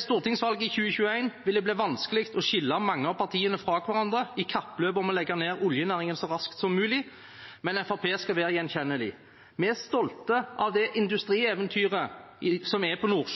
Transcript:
stortingsvalget i 2021 vil det bli vanskelig å skille mange av partiene fra hverandre i kappløpet om å legge ned oljenæringen så raskt som mulig. Men Fremskrittspartiet skal være gjenkjennelig. Vi er stolt av det industrieventyret som er på norsk